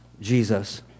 Jesus